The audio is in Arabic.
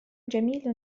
جميل